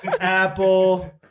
Apple